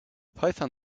python